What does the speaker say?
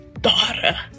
daughter